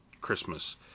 Christmas